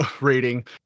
rating